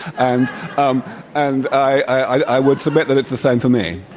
and um and i would submit that it's the same for me.